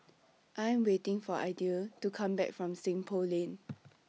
I Am waiting For Idell to Come Back from Seng Poh Lane